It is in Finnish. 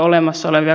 arvoisa puhemies